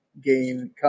game